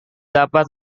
dapat